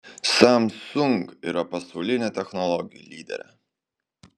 samsung yra pasaulinė technologijų lyderė